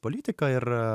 politiką ir